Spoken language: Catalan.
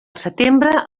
setembre